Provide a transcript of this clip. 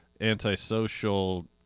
antisocial